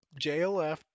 JLF